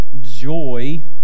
joy